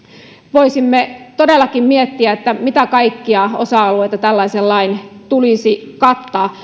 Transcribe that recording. voisimme todellakin miettiä mitä kaikkia osa alueita tällaisen lain tulisi kattaa